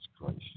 Christ